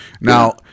Now